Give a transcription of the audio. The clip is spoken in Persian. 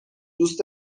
دوست